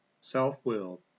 self-willed